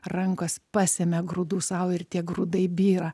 rankos pasemia grūdų sau ir tiek grūdai byra